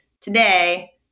today